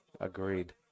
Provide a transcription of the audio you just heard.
Agreed